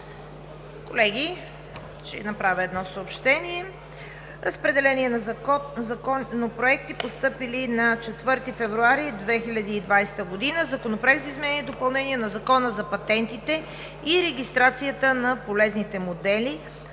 Колеги, ще направя едно съобщение за разпределение на законопроекти, постъпили на 4 февруари 2020 г. Законопроект за изменение и допълнение на Закона за патентите и регистрацията на полезните модели,